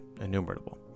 innumerable